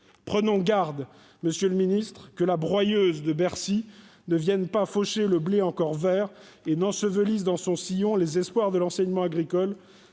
Prenons garde, monsieur le ministre, que la broyeuse de Bercy ne vienne faucher le blé encore vert et n'ensevelisse dans son sillon les espoirs de l'enseignement agricole,